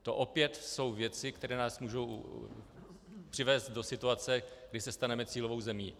To opět jsou věci, které nás můžou přivést do situace, kdy se staneme cílovou zemí.